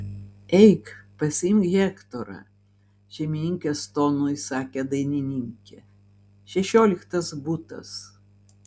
eik pasiimk hektorą šeimininkės tonu įsakė dainininkė šešioliktas butas